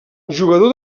jugador